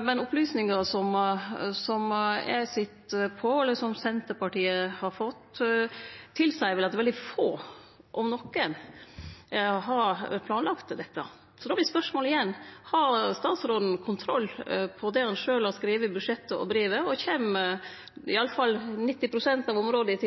men opplysningar som Senterpartiet har fått, tilseier vel at veldig få, om nokon, har planlagt dette. Då vert spørsmålet igjen: Har statsråden kontroll på det han sjølv har skrive i budsjettet og i brevet, og gjeld det iallfall 90 pst. av områda?